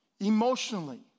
Emotionally